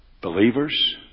believers